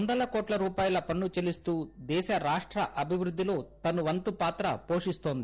వందలకోట్ల రూపాయల పన్ను చెల్లిస్తూ దేశ రాష్ట అభివృద్దిలో తన వంతు పాత పోషిస్తోంది